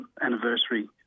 anniversary